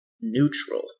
neutral